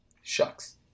shucks